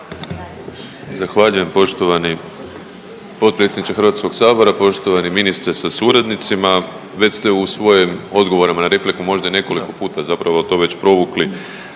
Zahvaljujem. Poštovani potpredsjedniče HS-, poštovani ministre sa suradnicima. Već ste u svojim odgovorima na repliku možda i nekoliko puta zapravo to već provukli